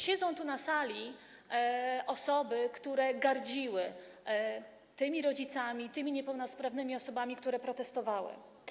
Siedzą tu na sali osoby, które gardziły rodzicami i niepełnosprawnymi osobami, które protestowały.